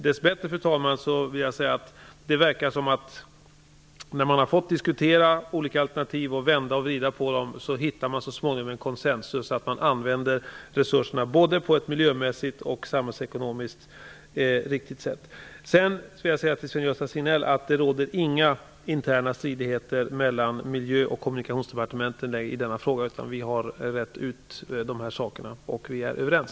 Dess bättre verkar det som att man, när man har fått diskutera olika alternativ och har fått vända och vrida på dem, så småningom uppnår konsensus. Resurserna används på både ett miljömässigt och ett samhällsekonomiskt riktigt sätt. Till Sven-Gösta Signell vill jag säga att det inte råder några interna stridigheter mellan Miljö och Kommunikationsdepartementen i denna fråga. Vi har rett ut dessa saker och är överens.